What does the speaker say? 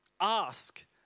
ask